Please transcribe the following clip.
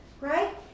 right